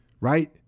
right